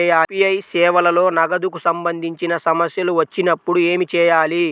UPI సేవలలో నగదుకు సంబంధించిన సమస్యలు వచ్చినప్పుడు ఏమి చేయాలి?